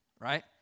right